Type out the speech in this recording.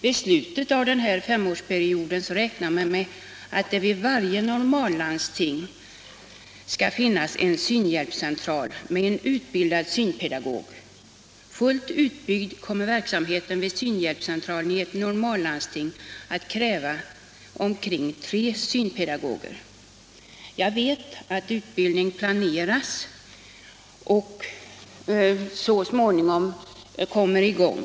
Man räknar med att det vid slutet av denna femårsperiod vid varje landsting skall finnas en synhjälpscentral med en utbildad synpedagog. Fullt utbyggd kommer verksamheten vid synhjälpscentraler i ett normallandsting att kräva omkring tre synpedagoger. Jag vet att utbildning planeras och så småningom kommer i gång.